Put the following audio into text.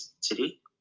City